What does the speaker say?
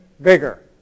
bigger